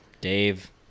Dave